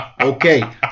Okay